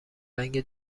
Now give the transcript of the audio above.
رنگ